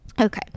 Okay